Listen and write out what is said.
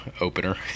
opener